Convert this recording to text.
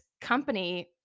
company